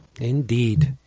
Indeed